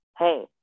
Hey